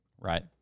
right